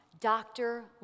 doctor